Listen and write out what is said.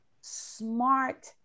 smart